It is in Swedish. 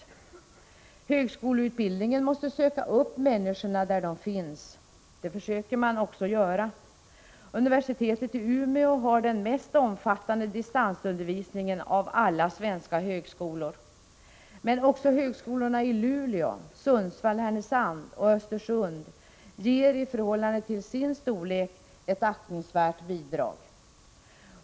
När det gäller högskoleutbildningen måste man söka upp människorna där de finns. Det försöker man också göra. Universitetet i Umeå har den mest omfattande distansundervisningen av alla svenska högskolor. Men även högskolorna i Luleå, Sundsvall/Härnösand och Östersund ger i förhållande till sin storlek ett aktningsvärt bidrag.